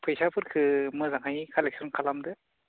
फैसाफोरखो मोजांहाय कालेक्सन खालामदो